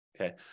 okay